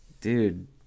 dude